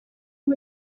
ubu